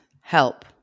help